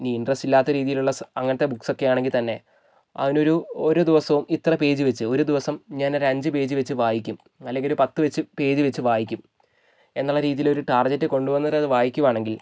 ഇനി ഇൻറ്ററസ്റ്റ് ഇല്ലാത്ത രീതിയിലുള്ള സ് അങ്ങനത്തെ ബുക്സക്കെയാണെങ്കിൽ തന്നെ അതിനൊരു ഒരു ഓരോ ദിവസവും ഇത്ര പേജ് വെച്ച് ഒരു ദിവസം ഞാൻ ഒരഞ്ച് പേജ് വെച്ച് വായിക്കും അല്ലെങ്കിൽ ഒരു പത്ത് വച്ച് പേജ് വെച്ച് വായിക്കും എന്നുള്ള രീതിയിൽ ഒരു ടാർജെറ്റ് കൊണ്ടുവന്നിട്ടത് വായിക്കുവാണെങ്കിൽ